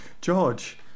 George